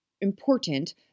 important